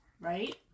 Right